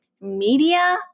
media